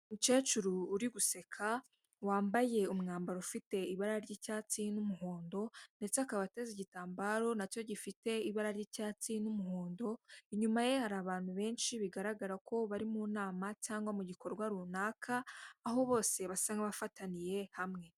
Umukecuru uri guseka wambaye umwambaro ufite ibara ry'icyatsi n'umuhondo ndetse akaba ateza igitambaro na cyo gifite ibara ry'icyatsi n'umuhondo, inyuma ye hari abantu benshi bigaragara ko bari mu nama cyangwa mu gikorwa runaka aho bose basa nkabafataniye hamwe.